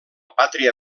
pàtria